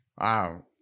Wow